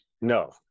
No